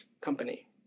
company